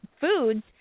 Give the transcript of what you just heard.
foods